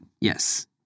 Yes